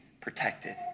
protected